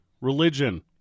religion